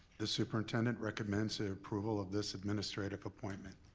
the superintendent recommends the approval of this administrative appointment.